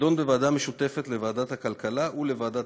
תידון בוועדה משותפת לוועדת הכלכלה ולוועדת